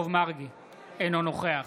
אינו נוכח